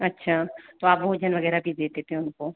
अच्छा तो आप भोजन वगैरह भी देते थे उनको